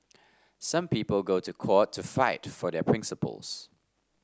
some people go to court to fight for their principles